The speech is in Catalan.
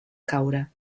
caure